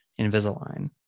Invisalign